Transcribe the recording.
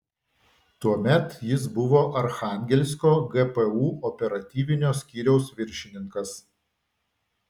tuomet jis buvo archangelsko gpu operatyvinio skyriaus viršininkas